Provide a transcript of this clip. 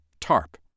TARP